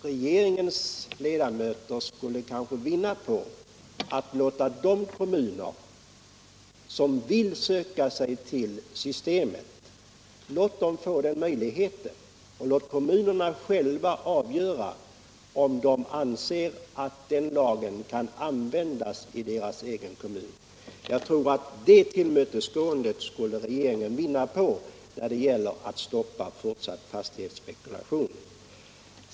Regeringens ledamöter skulle kanske vinna på att låta de kommuner som vill söka sig till förvärvslagen få den möjligheten. Låt kommunerna själva avgöra om de anser att den lagen kan användas i deras egen kommun! Jag tror att kommunen skulle vinna på ett sådant tillmötesgående när det gäller att stoppa fortsatt fastighetsspekulation.